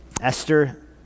Esther